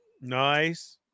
Nice